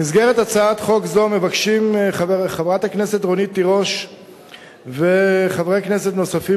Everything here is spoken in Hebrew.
במסגרת הצעת חוק זו חברת הכנסת רונית תירוש וחברי כנסת נוספים